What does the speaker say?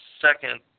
second